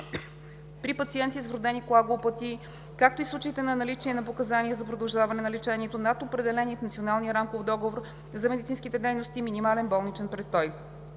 при пациенти с вродени коагулопатии, както и случаите на наличие на показания за продължаване на лечението над определения в Националния рамков договор за медицинските дейности минимален болничен престой.